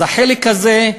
אז החלק הזה,